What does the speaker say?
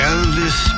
Elvis